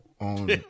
On